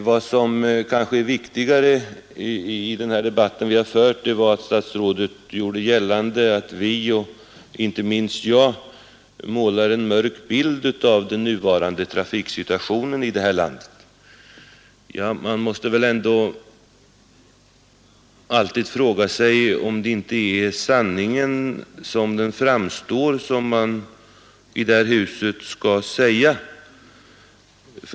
Vad som kanske är viktigare i den debatt vi har fört är att statsrådet gjorde gällande att vi — och inte minst jag — målar en mörk bild av den nuvarande trafiksituationen i det här landet. Men är det inte sanningen som den framstår, som vi i det här huset skall säga?